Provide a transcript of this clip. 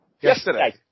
Yesterday